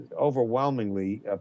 overwhelmingly